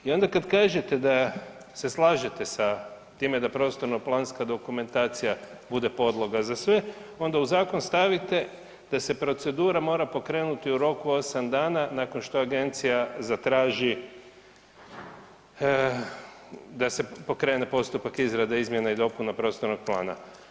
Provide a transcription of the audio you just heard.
I onda kad kažete da se slažete sa time da prostorno planska dokumentacija bude podloga za sve onda u zakon stavite da se procedura mora pokrenuti u roku 8 dana nakon što agencija zatraži da se pokrene postupak izrade izmjena i dopuna prostornog plana.